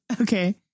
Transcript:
Okay